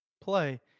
play